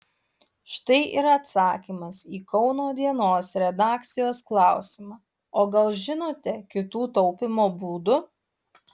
štai ir atsakymas į kauno dienos redakcijos klausimą o gal žinote kitų taupymo būdų